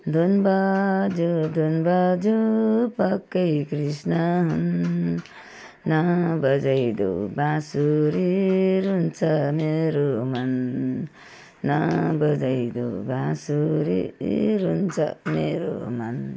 धुन बज्यो धुन बज्यो पक्कै कृष्ण हुन् नबजाइदेऊ बाँसुरी रुन्छ मेरो मन नबजाइदेऊ बाँसुरी रुन्छ मेरो मन